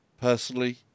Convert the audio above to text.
personally